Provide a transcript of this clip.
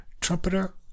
trumpeter